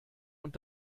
und